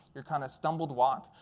your kind of stumbled walk.